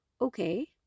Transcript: Okay